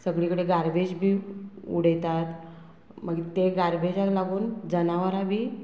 सगळी कडेन गार्बेज बी उडयतात मागीर ते गार्बेजाक लागून जनावरां बी